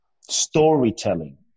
storytelling